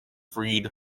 freed